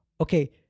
Okay